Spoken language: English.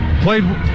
played